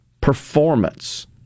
performance